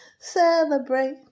celebrate